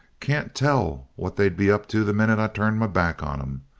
can't tell what they'd be up to the minute i turned my back on em.